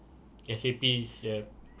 S_A_P yup